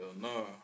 no